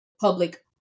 public